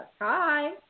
Hi